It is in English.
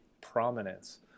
prominence